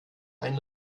ein